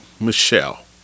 Michelle